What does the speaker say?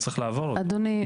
אדוני,